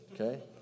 Okay